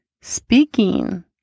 speaking